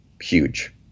huge